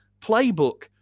playbook